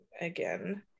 again